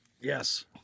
Yes